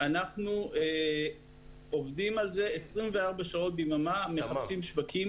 אנחנו עובדים על זה 24 שעות בימים, מחפשים שווקים.